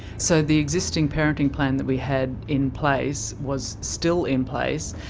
so the existing parenting plan that we had in place was still in place,